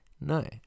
no